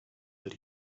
that